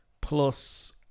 plus